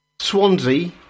Swansea